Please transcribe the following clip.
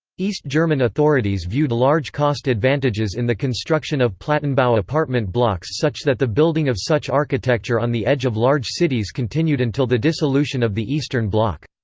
east german authorities viewed large cost advantages in the construction of plattenbau apartment blocks such that the building of such architecture on the edge of large cities continued until the dissolution of the eastern bloc.